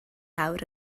awr